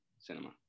cinema